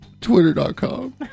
twitter.com